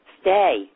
Stay